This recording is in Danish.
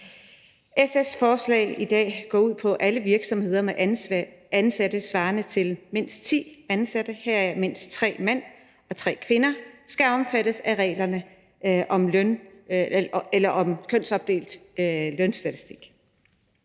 SF's forslag her går ud på, at alle virksomheder med mindst ti ansatte, heraf mindst tre mænd og tre kvinder, skal omfattes af reglerne om kønsopdelt lønstatistik.